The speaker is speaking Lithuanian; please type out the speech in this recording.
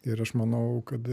ir aš manau kad